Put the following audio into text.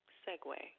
segue